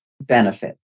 benefit